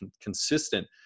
consistent